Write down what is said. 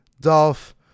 Dolph